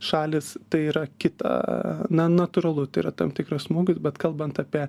šalys tai yra kita na natūralu tai yra tam tikras smūgis bet kalbant apie